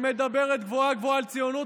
שמדברת גבוהה-גבוהה על ציונות,